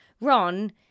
Ron